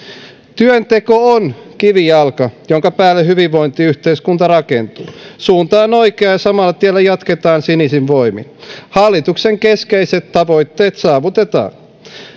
työnteko on kivijalka jonka päälle hyvinvointiyhteiskunta rakentuu suunta on oikea ja samalla tiellä jatketaan sinisin voimin hallituksen keskeiset tavoitteet saavutetaan